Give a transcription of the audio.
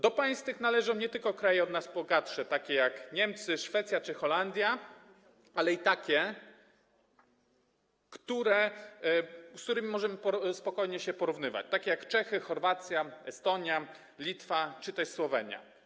Do tych państw należą nie tylko kraje od nas bogatsze, takie jak Niemcy, Szwecja czy Holandia, ale też takie, z którymi możemy spokojnie się porównywać: Czechy, Chorwacja, Estonia, Litwa czy też Słowenia.